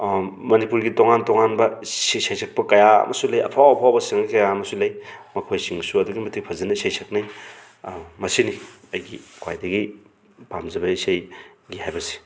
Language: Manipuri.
ꯃꯅꯤꯄꯨꯔꯒꯤ ꯇꯣꯉꯥꯟ ꯇꯣꯉꯥꯟꯕ ꯁꯩꯁꯛꯄ ꯀꯌꯥ ꯑꯃꯁꯨ ꯂꯩ ꯑꯐꯥꯎ ꯑꯐꯥꯎꯕ ꯁꯤꯡꯒꯔ ꯀꯌꯥ ꯑꯃꯁꯨ ꯂꯩ ꯃꯈꯣꯏꯁꯤꯡꯁꯨ ꯑꯗꯨꯛꯀꯤ ꯃꯇꯤꯛ ꯐꯖꯅ ꯏꯁꯩ ꯁꯛꯅꯩ ꯃꯁꯤꯅꯤ ꯑꯩꯒꯤ ꯈ꯭ꯋꯥꯏꯗꯒꯤ ꯄꯥꯝꯖꯕ ꯏꯁꯩꯒꯤ ꯍꯥꯏꯕꯁꯦ